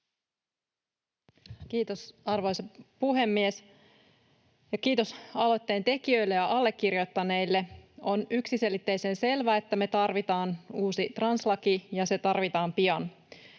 Kiitos, arvoisa puhemies! Kiitos aloitteen tekijöille ja allekirjoittaneille. On yksiselitteisen selvää, että me tarvitaan uusi translaki, ja se tarvitaan pian.